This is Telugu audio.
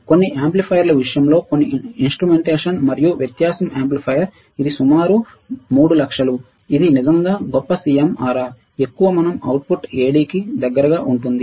కొన్ని యాంప్లిఫైయర్ల విషయంలో కొన్ని ఇన్స్ట్రుమెంటేషన్ మరియు వ్యత్యాసం యాంప్లిఫైయర్ ఇది సుమారు 300000 ఇది నిజంగా గొప్ప CMRR ఎక్కువ మన అవుట్పుట్ AD కి దగ్గరగా ఉంటుంది